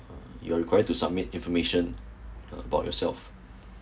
uh you are required to submit information about yourself